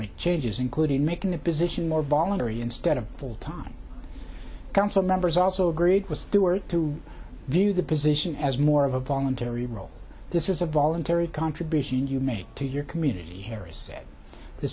make changes including making the position more voluntary instead of full time council members also agreed with stewart to view the position as more of a voluntary role this is a voluntary contribution you make to your community harris